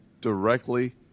directly